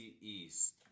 East